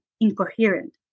incoherent